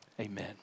amen